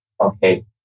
okay